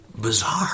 bizarre